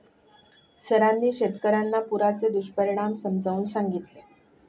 सरांनी शेतकर्यांना पुराचे दुष्परिणाम समजावून सांगितले